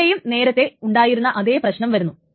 ഇവിടെയും നേരത്തെ ഉണ്ടായിരുന്ന അതേ പ്രശ്നം വരുന്നു